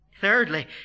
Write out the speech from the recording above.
Thirdly